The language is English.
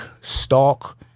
stalk